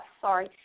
sorry